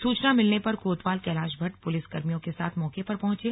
सूचना मिलने पर कोतवाल कैलाश भट्ट पुलिस कर्मियों के साथ मौके पहुंचे